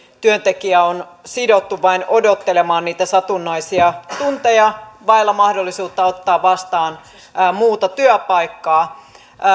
työntekijä on silti sidottu vain odottelemaan niitä satunnaisia tunteja vailla mahdollisuutta ottaa vastaan muuta työpaikkaa